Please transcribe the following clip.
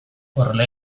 horrela